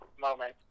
moment